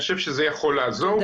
אני חושב שזה יכול לעזור.